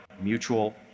mutual